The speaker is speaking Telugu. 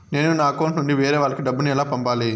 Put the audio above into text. నేను నా అకౌంట్ నుండి వేరే వాళ్ళకి డబ్బును ఎలా పంపాలి?